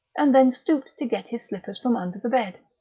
and then stooped to get his slippers from under the bed.